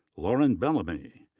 lauren bellamy.